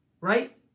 right